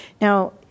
Now